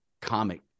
comic